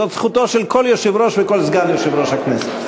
זאת זכותו של כל יושב-ראש וכל סגן יושב-ראש הכנסת.